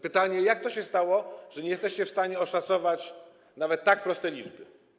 Pytanie, jak to się stało, że nie jesteście w stanie oszacować nawet tak prostej liczby.